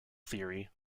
theory